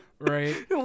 right